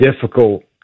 difficult